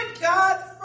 God